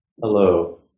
Hello